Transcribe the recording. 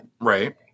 Right